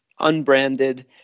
unbranded